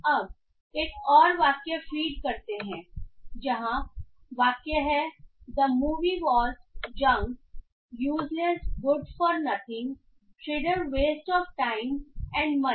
अब एक और वाक्य फ़ीड करते हैं जहाँ वाक्य है the movie was junk useless good for nothing sheer waste of time and money